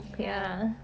ya